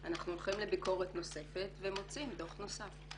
אנחנו הולכים לביקורת נוספת ומוציאים דוח נוסף.